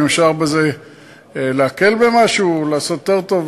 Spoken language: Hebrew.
אם אפשר בזה להקל במשהו ולעשות יותר טוב,